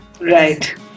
right